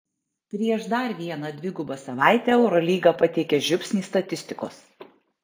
prieš dar vieną dvigubą savaitę eurolyga pateikia žiupsnį statistikos